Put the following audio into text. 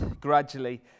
gradually